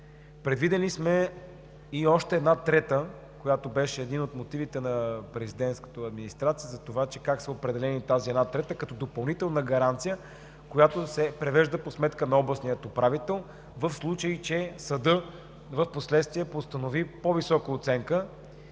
Предвидили сме и още една трета, което беше един от мотивите на Президентската администрация, за това как е определена тази една трета – като допълнителна гаранция, която се превежда по сметка на областния управител, в случай че съдът впоследствие постанови по-висока оценка